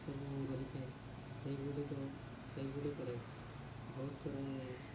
ସବୁ ରହିଥାଏ ସେଇଗୁଡ଼ିକ ସେଇଗୁଡ଼ିକରେ ବହୁତ ଥର ମୁଁ